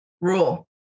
rule